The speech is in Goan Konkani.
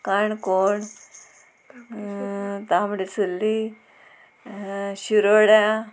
काणकोण तामडसुल्ली शिरोड्या